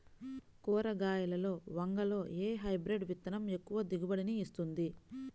కూరగాయలలో వంగలో ఏ హైబ్రిడ్ విత్తనం ఎక్కువ దిగుబడిని ఇస్తుంది?